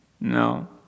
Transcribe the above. No